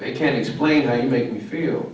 they can't explain how you make me feel